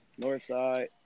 Northside